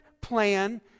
plan